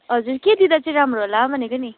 हजुर के दिँदा चाहिँ राम्रो होला भनेको नि